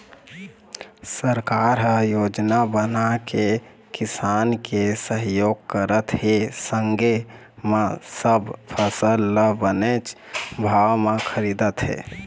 सरकार ह योजना बनाके किसान के सहयोग करत हे संगे म सब फसल ल बनेच भाव म खरीदत हे